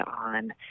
on